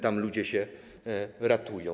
Tam ludzie się ratują.